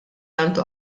għandu